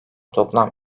toplam